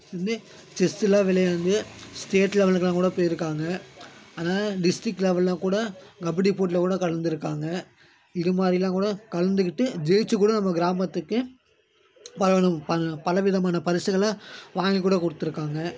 இருந்து செஸ்ஸுலாம் விளையாண்டு ஸ்டேட் லெவலுக்குலாம் கூட போயிருக்காங்க அதனால் டிஸ்ட்ரிக்ட் லெவல்லாம் கூட கபடி போட்டியில கூட கலந்துருக்காங்க இது மாதிரிலாம் கூட கலந்துக்கிட்டு ஜெயித்து கூட நம்ம கிராமத்துக்கு பல விதம் பல விதமான பரிசுகளை வாங்கி கூட கொடுத்துருக்காங்க